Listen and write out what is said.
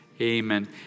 Amen